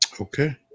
Okay